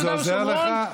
זה עוזר לך?